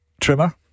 trimmer